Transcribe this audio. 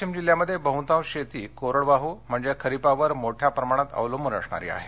वाशिम जिल्ह्यामध्ये बहतांश शेती कोरडवाह म्हणजे खरिपावर मोठया प्रमाणात अवलंबन असणारी आहे